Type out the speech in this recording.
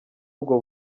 ubwo